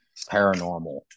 paranormal